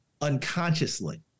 unconsciously